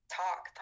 talk